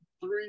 three